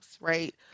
right